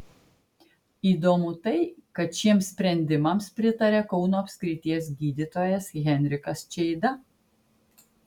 įdomu tai kad šiems sprendimams pritaria kauno apskrities gydytojas henrikas čeida